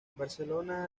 barcelona